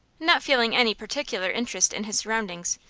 not feeling any particular interest in his surroundings,